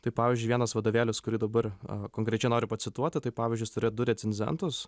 tai pavyzdžiui vienas vadovėlis kurį dabar konkrečiai noriu pacituoti tai pavyzdžiui jis turė du recenzentus